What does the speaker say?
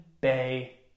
Bay